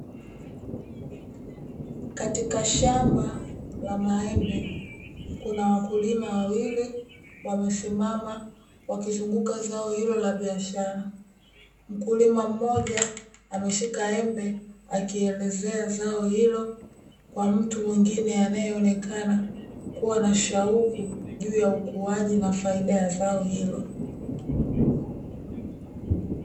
Katika Shamba la maembe kuna wakulima wawili wamesimama wakizunguka zao hilo la biashara, mkulima mmoja ameshika embe akielezea zao hilo kwa mtu mwingine, anayeonekana kuwa na shauku juu ya ukuaji na faida ya zao hilo.